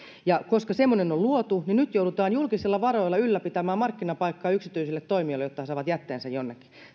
koska semmoinen on luotu nyt joudutaan julkisilla varoilla ylläpitämään markkinapaikkaa yksityisille toimijoille jotta he saavat jätteensä jonnekin